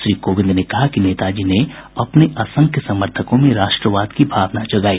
श्री कोविंद ने कहा कि नेताजी ने अपने असंख्य समर्थकों में राष्ट्रवाद की भावना जगाई